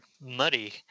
muddy